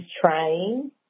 trying